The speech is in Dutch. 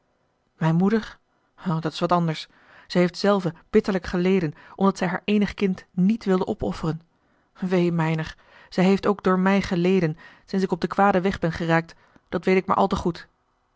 mijne moeder o dat is wat anders zij heeft zelve bitterlijk geleden omdat zij haar eenig kind niet wilde opofferen wee mijner zij heeft ook door mij geleden sinds ik op den kwaden weg ben geraakt dat weet ik maar al te goed